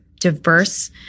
diverse